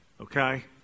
Okay